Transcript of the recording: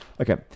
Okay